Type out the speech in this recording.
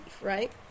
right